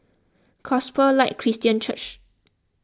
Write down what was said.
Gospel Light Christian Church